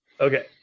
Okay